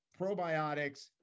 probiotics